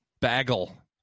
Bagel